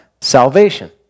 salvation